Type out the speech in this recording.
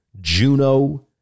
Juno